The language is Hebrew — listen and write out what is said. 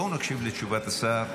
בואו נקשיב לתשובת השר ולהחלטה.